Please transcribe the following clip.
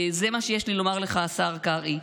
זה מה שיש לי לומר לך, השר קרעי.